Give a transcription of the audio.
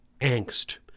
angst